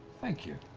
thank you.